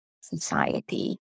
society